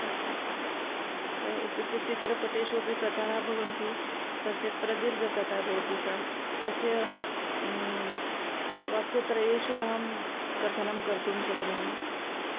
अस्ति इत्युक्ते चित्रपटेषु अपि कथाः भवन्ति तस्य प्रदीर्घकथा भवति सा तस्य वाक्यत्रयेषु अहं कथनं कर्तुं शक्नोमि